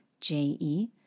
J-E